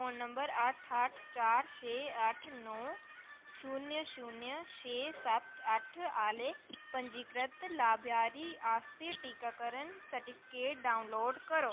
phone number अट्ठ अट्ठ चार छे अट्ठ नौ शून्य शून्य छे सत्त अट्ठ आह्ले पंजीकृत लाभार्थी आस्तै टीकाकरण सर्टिफिकेट डाउनलोड करो